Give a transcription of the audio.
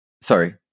Sorry